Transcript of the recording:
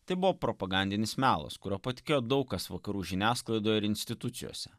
tai buvo propagandinis melas kuriuo patikėjo daug kas vakarų žiniasklaidoje ir institucijose